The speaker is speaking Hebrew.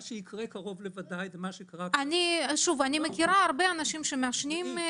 מה שיקרה קרוב לוודאי ומה --- אני מכירה הרבה אנשים שמעשנים.